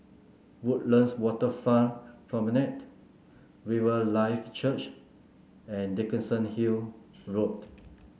Woodlands Waterfront Promenade Riverlife Church and Dickenson Hill Road